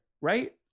right